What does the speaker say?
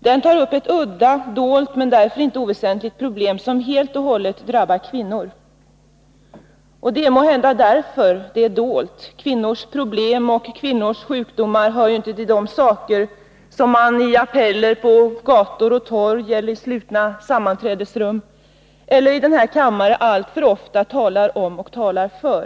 Den tar upp ett udda, dolt, men därför inte oväsentligt problem. Problemet drabbar helt och hållet kvinnor. Det är måhända därför det är dolt. Kvinnors problem och kvinnors sjukdomar hör ju inte till de saker som man i appeller på gator och torg, i slutna sammanträdesrum eller i den här kammaren alltför ofta talar om och talar för.